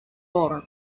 lauren